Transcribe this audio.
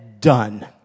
done